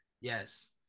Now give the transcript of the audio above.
yes